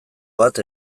bat